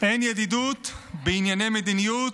"אין ידידות בענייני מדיניות,